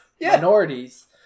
minorities